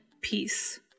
peace